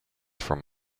from